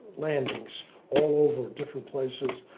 landings all over different places.